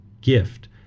gift